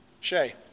Shay